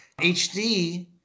hd